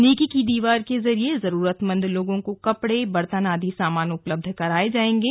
नेकी की दीवार के जरिए जरूरतमंद लोगों को कपड़े बर्तन आदि सामान उपलब्ध कराये जायेंगे